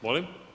Molim?